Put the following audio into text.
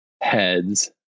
heads